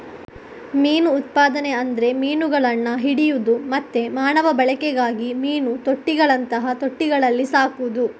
ಮೀನು ಉತ್ಪಾದನೆ ಅಂದ್ರೆ ಮೀನುಗಳನ್ನ ಹಿಡಿಯುದು ಮತ್ತೆ ಮಾನವ ಬಳಕೆಗಾಗಿ ಮೀನು ತೊಟ್ಟಿಗಳಂತಹ ತೊಟ್ಟಿಗಳಲ್ಲಿ ಸಾಕುದು